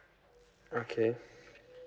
okay